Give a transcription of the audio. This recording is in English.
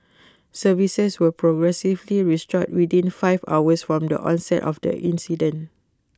services were progressively restored within five hours from the onset of the incident